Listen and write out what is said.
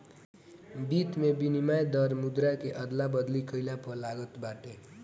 वित्त में विनिमय दर मुद्रा के अदला बदली कईला पअ लागत बाटे